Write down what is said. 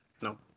No